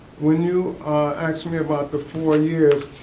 when you asked me about the four years.